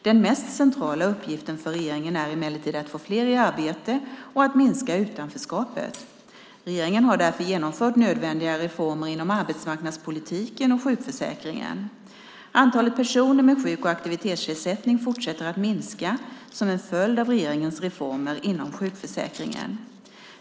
Den mest centrala uppgiften för regeringen är emellertid att få fler i arbete och att minska utanförskapet. Regeringen har därför genomfört nödvändiga reformer inom arbetsmarknadspolitiken och sjukförsäkringen. Antalet personer med sjuk och aktivitetsersättning fortsätter att minska som en följd av regeringens reformer inom sjukförsäkringen.